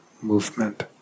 movement